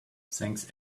thanks